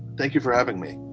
thank you for having me.